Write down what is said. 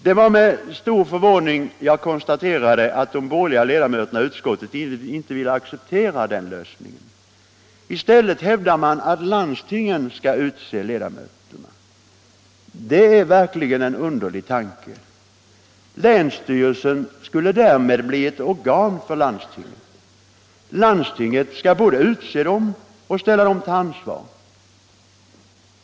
Det var med stor förvåning jag konstaterade att de borgerliga ledamöterna i utskottet inte ville acceptera den lösningen. I stället hävdar man att landstingen skall utse ledamöterna. Det är verkligen en underlig tanke. Länsstyrelsen skulle därmed bli ett organ för landstinget. Landstinget skall både utse ledamöterna och ställa dem till ansvar.